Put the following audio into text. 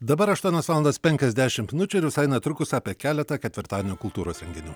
dabar aštuonios valandos penkiasdešimt minučių ir visai netrukus apie keletą ketvirtadienio kultūros renginių